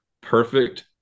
perfect